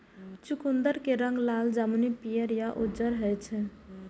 चुकंदर के रंग लाल, जामुनी, पीयर या उज्जर होइ छै